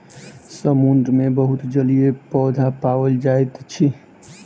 समुद्र मे बहुत जलीय पौधा पाओल जाइत अछि